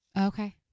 Okay